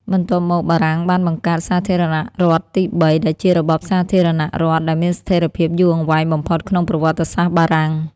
បន្ទាប់មក បារាំងបានបង្កើត សាធារណរដ្ឋទីបី ដែលជារបបសាធារណរដ្ឋដែលមានស្ថិរភាពយូរអង្វែងបំផុតក្នុងប្រវត្តិសាស្ត្របារាំង។